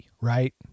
right